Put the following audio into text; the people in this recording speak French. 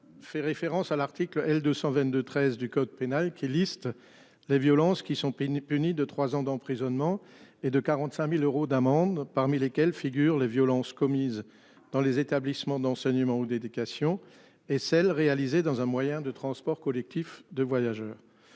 fait référence à l'article L 222 13 du code pénal qui liste les violences qui sont, puni de 3 ans d'emprisonnement et de 45.000 euros d'amende, parmi lesquels figurent les violences commises dans les établissements d'enseignement ou d'éducation et celles réalisées dans un moyen de transport collectif de voyageurs.